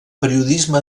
periodisme